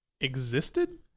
existed